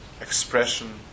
expression